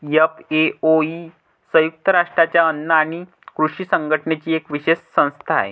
FAO ही संयुक्त राष्ट्रांच्या अन्न आणि कृषी संघटनेची एक विशेष संस्था आहे